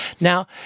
Now